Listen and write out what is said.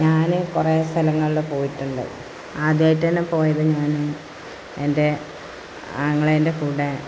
ഞാനേ കുറേ സ്ഥലങ്ങളില് പോയിട്ടുണ്ട് ആദ്യമായിട്ടാണ് പോയത് ഞാന് എൻ്റെ ആങ്ങളയുടെ കൂടെ